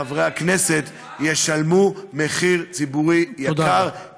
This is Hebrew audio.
חברי הכנסת ישלמו מחיר ציבורי גבוה.